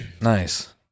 nice